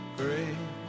great